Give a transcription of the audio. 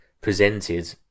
presented